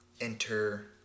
Enter